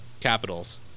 Capitals